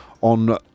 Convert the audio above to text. on